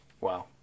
Wow